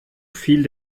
fiel